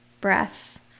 breaths